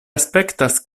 aspektas